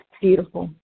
beautiful